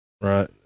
Right